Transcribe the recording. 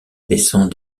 laissant